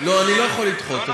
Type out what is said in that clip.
לא, אני לא יכול לדחות.